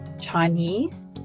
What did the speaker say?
Chinese